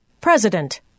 president